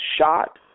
shot